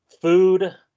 food